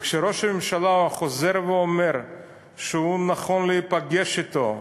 וכשראש הממשלה חוזר ואומר שהוא נכון להיפגש אתו,